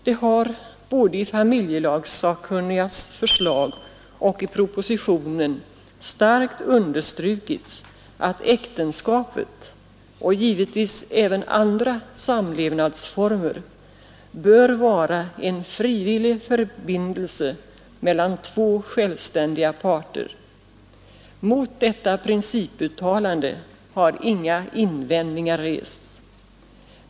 Det har, både i familjelagssakkunnigas förslag och i propositionen, starkt understrukits att äktenskapet — och givetvis även andra samlevnadsformer — bör vara en frivillig förbindelse mellan två självständiga parter. Mot detta principuttalande har inga invändningar rests.